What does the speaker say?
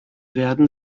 werden